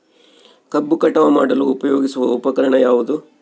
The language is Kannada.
ಕಬ್ಬು ಕಟಾವು ಮಾಡಲು ಉಪಯೋಗಿಸುವ ಉಪಕರಣ ಯಾವುದು?